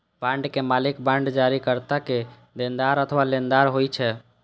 बांडक मालिक बांड जारीकर्ता के देनदार अथवा लेनदार होइ छै